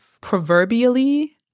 Proverbially